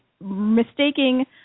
mistaking